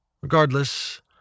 Regardless